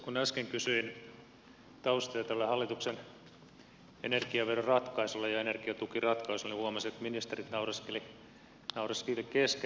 kun äsken kysyin taustoja tälle hallituksen energiaveroratkaisulle ja energiatukiratkaisulle niin huomasin että ministerit naureskelivat keskenään